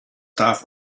darf